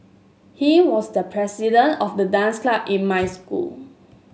he was the president of the dance club in my school